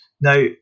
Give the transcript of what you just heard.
now